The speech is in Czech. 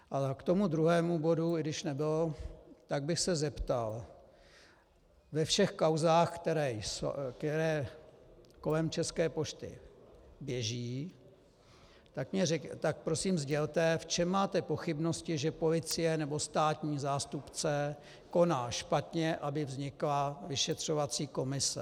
K tomu druhému bodu, i když nebyl, tak bych se zeptal: Ve všech kauzách, které kolem České pošty běží, prosím sdělte, v čem máte pochybnosti, že policie nebo státní zástupce koná špatně, aby vznikla vyšetřovací komise.